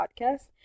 podcast